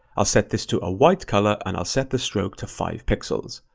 i'll set this to a white color, and i'll set the stroke to five pixels.